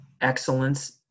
excellence